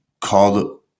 called